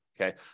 Okay